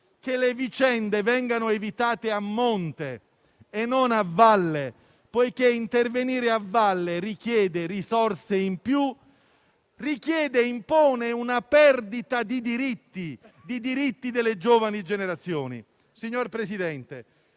che le vicende vengano evitate a monte e non a valle, perché intervenire a valle richiede risorse in più, richiede ed impone una perdita di diritti delle giovani generazioni. Signor Presidente,